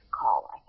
call